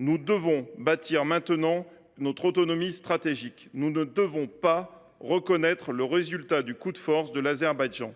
nous devons bâtir maintenant notre autonomie stratégique. Nous ne devons pas reconnaître le résultat du coup de force de l’Azerbaïdjan.